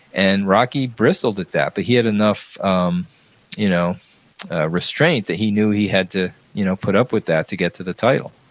and rocky bristled at that, but he had enough um you know restraint that he knew he had to you know put up with that to get to the title.